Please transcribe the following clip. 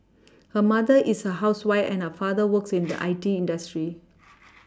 her mother is a housewife and her father works in the I T industry